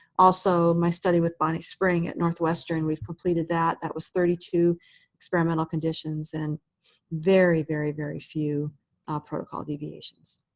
also my study with bonnie spring at northwestern. we completed that. that was thirty two experimental conditions and very, very, very few protocol deviations.